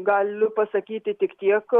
galiu pasakyti tik tiek